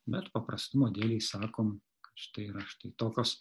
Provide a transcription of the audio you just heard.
bet paprastumo dėlei sakom štai yra štai tokios